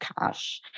cash